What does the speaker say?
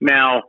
Now